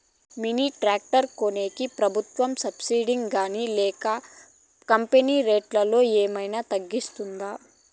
Mini tractor కొనేకి ప్రభుత్వ subsidy గాని లేక కంపెని రేటులో ఏమన్నా తగ్గిస్తుందా?